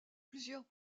plusieurs